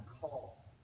call